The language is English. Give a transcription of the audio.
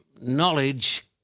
knowledge